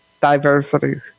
diversity